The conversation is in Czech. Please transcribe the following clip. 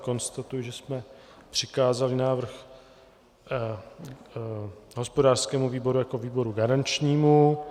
Konstatuji, že jsme přikázali návrh hospodářskému výboru jako výboru garančnímu.